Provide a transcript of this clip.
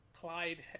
Clyde